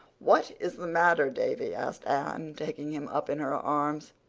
what is the matter, davy? asked anne, taking him up in her arms.